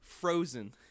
frozen